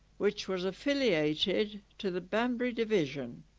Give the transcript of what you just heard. which was affiliated to the banbury division.